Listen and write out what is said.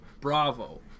Bravo